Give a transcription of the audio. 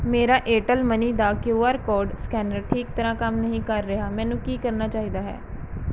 ਮੇਰਾ Airtel money ਦਾ Q R code scanner ਠੀਕ ਤਰ੍ਹਾਂ ਕੰਮ ਨਹੀਂ ਕਰ ਰਿਹਾ ਮੈਨੂੰ ਕੀ ਕਰਨਾ ਚਾਹੀਦਾ ਹੈ